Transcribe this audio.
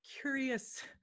curious